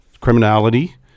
criminality